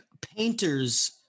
painter's